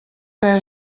que